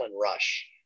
rush